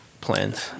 plans